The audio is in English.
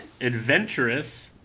Adventurous